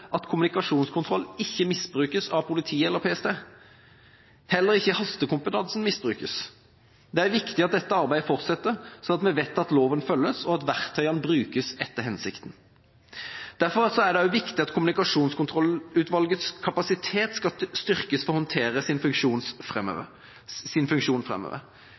at kommunikasjonskontroll ikke misbrukes av politiet eller PST – og at heller ikke hastekompetansen misbrukes. Det er viktig at dette arbeidet fortsetter, slik at vi vet at loven følges, og at verktøyene brukes etter hensikten. Derfor er det også viktig at Kommunikasjonskontrollutvalgets kapasitet styrkes, slik at utvalget kan håndtere sin funksjon